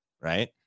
right